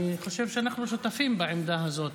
אני חושב שאנחנו שותפים בעמדה הזאת.